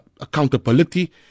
accountability